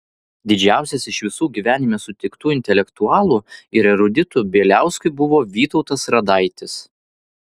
didžiausias iš visų gyvenime sutiktų intelektualų ir eruditų bieliauskui buvęs vytautas radaitis